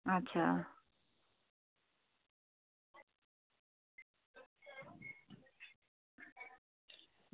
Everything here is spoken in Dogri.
अच्छा